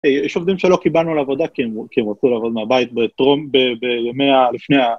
יש עובדים שלא קיבלנו לעבודה כי הם רצו לעבוד מהבית בטרום בימי ה...לפני ה...